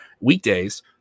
weekdays